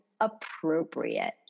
appropriate